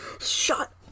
shut